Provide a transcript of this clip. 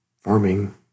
farming